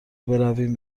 برویم